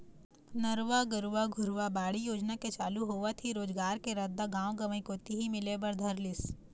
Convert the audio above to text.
नरूवा, गरूवा, घुरूवा, बाड़ी योजना के चालू होवत ही रोजगार के रद्दा गाँव गंवई कोती ही मिले बर धर लिस